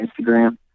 Instagram